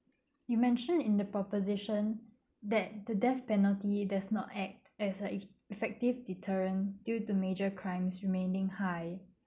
you mentioned in the proposition that the death penalty does not act as a eff~ effective deterrent due to major crimes remaining high